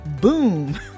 Boom